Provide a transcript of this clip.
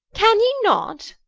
can ye not?